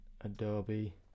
Adobe